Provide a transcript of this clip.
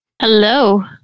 Hello